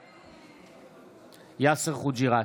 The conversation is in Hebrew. בעד יאסר חוג'יראת,